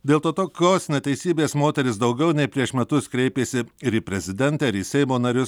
dėl to tokios neteisybės moteris daugiau nei prieš metus kreipėsi ir į prezidentę ir į seimo narius